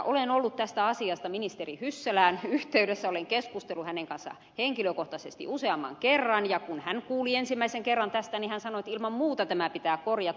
olen ollut tästä asiasta ministeri hyssälään yhteydessä olen keskustellut hänen kanssaan henkilökohtaisesti useamman kerran ja kun hän kuuli ensimmäisen kerran tästä niin hän sanoi että ilman muuta tämä pitää korjata